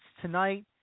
tonight